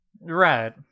Right